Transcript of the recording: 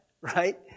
right